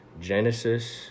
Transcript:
Genesis